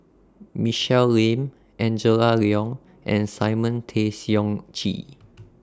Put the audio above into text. Michelle Lim Angela Liong and Simon Tay Seong Chee